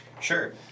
sure